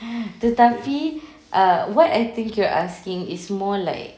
tetapi err what I think you're asking is more like